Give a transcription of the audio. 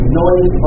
noise